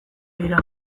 dira